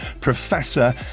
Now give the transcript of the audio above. Professor